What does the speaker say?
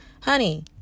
honey